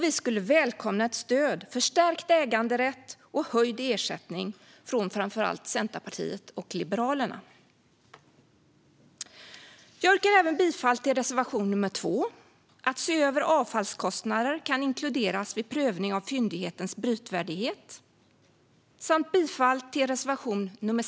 Vi skulle välkomna ett stöd för stärkt äganderätt och höjd ersättning från framför allt Centerpartiet och Liberalerna. Jag yrkar bifall till reservation nr 2. Det handlar om att se över om avfallskostnader kan inkluderas vid prövning av fyndighetens brytvärdighet. Jag yrkar även bifall till reservation nr 6.